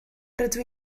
rydw